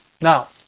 Now